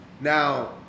now